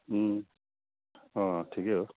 उम् अँ ठिकै हो